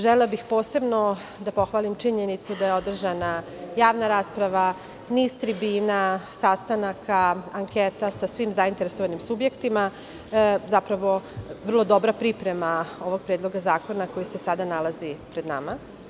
Želela bih posebno da pohvalim činjenicu da je održana javna rasprava, niz trbina, sastanaka, anketa, sa svim zainteresovanim subjektima, što je zapravo vrlo dobra priprema ovog predloga zakona koji se sada nalazi pred nama.